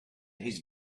his